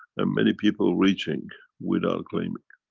and many people reaching without claiming.